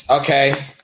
Okay